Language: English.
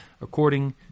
according